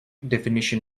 definition